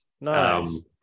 Nice